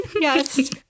yes